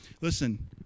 listen